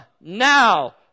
now